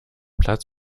platz